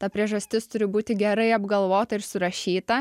ta priežastis turi būti gerai apgalvota ir surašyta